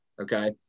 okay